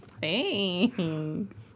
Thanks